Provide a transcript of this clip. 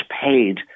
paid